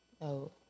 No